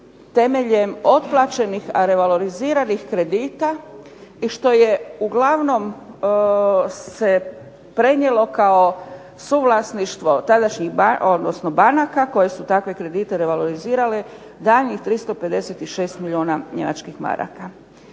temeljem otplaćenih a revaloriziranih kredita i što je uglavnom se prenijelo kao suvlasništvo tadašnjih, odnosno banaka koje su takve kredite revalorizirale daljnjih 356 milijuna njemačkih maraka.